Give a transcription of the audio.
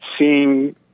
seeing